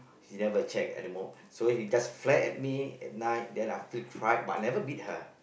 she never check anymore so she just flare at me after cried but I never beat her